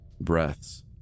Breaths